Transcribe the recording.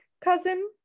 cousin